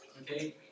Okay